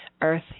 earth